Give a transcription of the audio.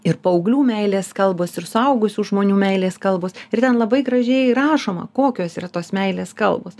ir paauglių meilės kalbos ir suaugusių žmonių meilės kalbos ir ten labai gražiai rašoma kokios yra tos meilės kalbos